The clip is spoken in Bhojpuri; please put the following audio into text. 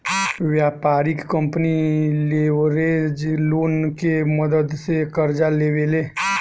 व्यापारिक कंपनी लेवरेज लोन के मदद से कर्जा लेवे ले